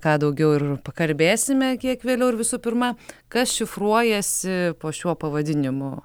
ką daugiau ir pakalbėsime kiek vėliau ir visų pirma kas šifruojasi po šiuo pavadinimu